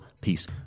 peace